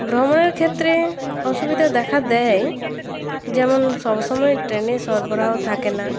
ভ্রমণের ক্ষেত্রে অসুবিধা দেখা দেয় যেমন সবসময় ট্রেনে সরবরাহ থাকে না